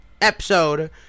episode